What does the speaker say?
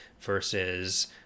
versus